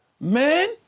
man